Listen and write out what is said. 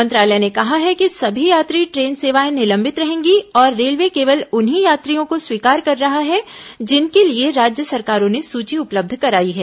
मंत्रालय ने कहा है कि सभी यात्री ट्रेन सेवाएं निलंबित रहेंगी और रेलवे केवल उन्हीं यात्रियों को स्वीकार कर रहा है जिनके लिए राज्य सरकारों ने सूची उपलब्ध कराई है